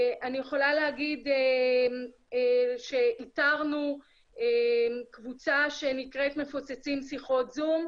אני יכולה להגיד שאיתרנו קבוצה שנקראת 'מפוצצים שיחות זום',